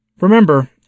Remember